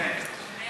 כן, כן.